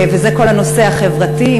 זה כל הנושא החברתי,